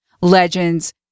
legends